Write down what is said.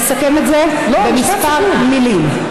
אני אסכם את זה בכמה מילים.